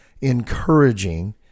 encouraging